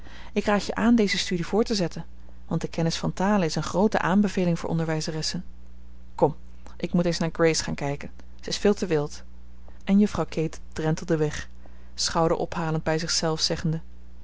ik raad je aan deze studie voort te zetten want de kennis van talen is eene groote aanbeveling voor onderwijzeressen kom ik moet eens naar grace gaan kijken ze is veel te wild en juffrouw kate drentelde weg schouderophalend bij zich zelf zeggende